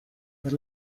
per